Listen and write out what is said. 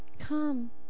come